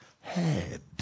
Head